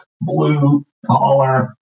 blue-collar